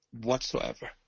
whatsoever